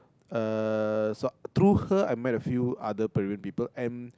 uh so through her I met a few other Peruan people and